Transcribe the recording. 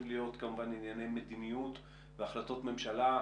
מאוד חשוב היה לנו להתחיל תוכנית אסטרטגית במשרד החוץ.